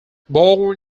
born